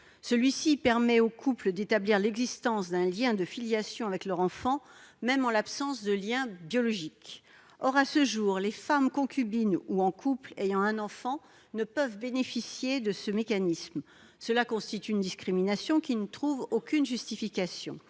mécanisme permet aux couples d'établir l'existence d'un lien de filiation avec leur enfant même en l'absence de lien biologique. Or, à ce jour, les couples de femmes ayant un enfant ne peuvent en bénéficier. Cela constitue une discrimination qui ne trouve aucune justification.